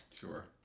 Sure